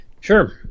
Sure